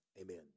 Amen